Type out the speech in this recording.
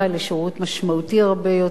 לשירות משמעותי הרבה יותר,